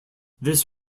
this